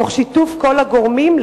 תוך שיתוף כל הגורמים,